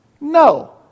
No